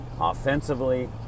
offensively